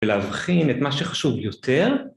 ולהבחין את מה שחשוב יותר.